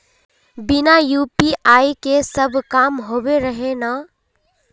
बिना यु.पी.आई के सब काम होबे रहे है ना?